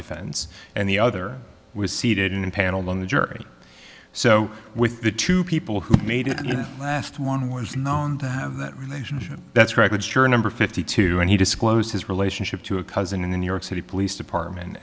defense and the other was seated in a panel on the jury so with the two people who made it last one was known to have that relationship that's right the juror number fifty two and he disclosed his relationship to a cousin in the new york city police department